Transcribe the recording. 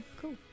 cool